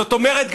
זאת אומרת,